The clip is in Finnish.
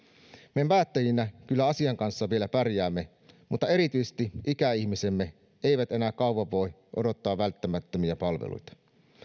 me päättäjinä kyllä asian kanssa vielä pärjäämme mutta erityisesti ikäihmisemme eivät enää kauan voi odottaa välttämättömiä palveluita